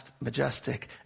majestic